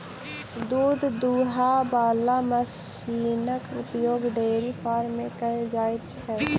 दूध दूहय बला मशीनक उपयोग डेयरी फार्म मे कयल जाइत छै